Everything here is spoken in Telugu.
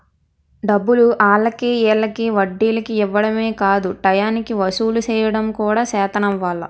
డబ్బులు ఆల్లకి ఈల్లకి వడ్డీలకి ఇవ్వడమే కాదు టయానికి వసూలు సెయ్యడం కూడా సేతనవ్వాలి